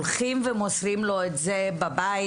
האם מוסרים לו זאת בביתו?